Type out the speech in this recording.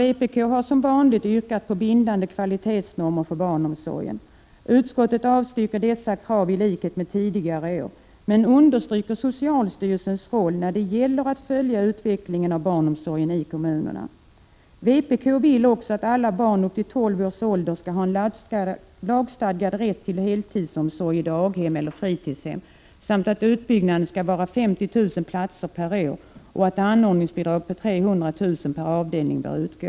Vpk har som vanligt yrkat på bindande kvalitetsnormer för barnomsorgen. Utskottet avstyrker dessa krav i likhet med tidigare år men understryker socialstyrelsens roll när det gäller att följa utvecklingen av barnomsorgen i kommunerna. Vpk vill också att alla barn upp till 12 års ålder skall ha lagstadgad rätt till heltidsomsorg på daghem eller fritidshem, att utbyggnaden skall vara 50 000 platser per år och att anordningsbidrag på 300 000 kr. per avdelning bör utgå.